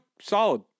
solid